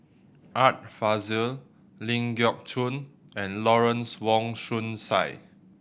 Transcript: Art Fazil Ling Geok Choon and Lawrence Wong Shyun Tsai